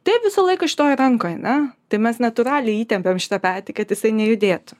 taip visą laiką šitoj rankoj ane tai mes natūraliai įtempiam šitą petį kad jisai nejudėtų